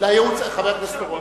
חבר הכנסת אורון,